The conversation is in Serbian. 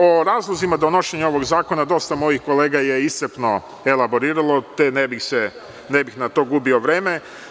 O razlozima donošenja ovog zakona dosta mojih kolega je iscrpno elaboriralo, te ne bih na to gubio vreme.